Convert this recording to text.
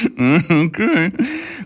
Okay